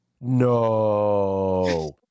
No